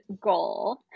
goal